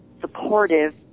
supportive